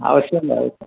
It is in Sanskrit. अवश्यम् भवितव्यम्